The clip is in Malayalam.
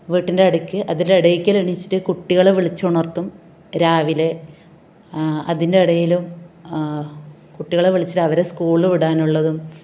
വീട്ടിൻ്റെ ഇടയ്ക്ക് അതിലെ ഇടയ്ക്ക് എണീച്ചിട്ട് കുട്ടികളെ വിളിച്ചുണർത്തും രാവിലെ അതിൻ്റെ ഇടയിലും കുട്ടികളെ വിളിച്ച് അവരെ സ്കൂളിൽ വിടാനുള്ളതും